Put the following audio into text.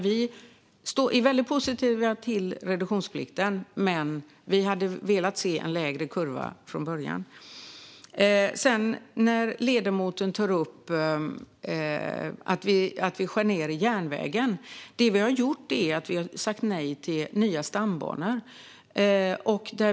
Vi är väldigt positiva till reduktionsplikten, men vi hade velat se en lägre kurva från början. Ledamoten tar upp att vi skär ned i fråga om järnvägen. Det vi har gjort är att vi har sagt nej till nya stambanor.